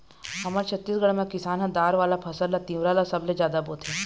हमर छत्तीसगढ़ म किसान ह दार वाला फसल म तिंवरा ल सबले जादा बोथे